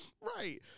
right